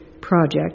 project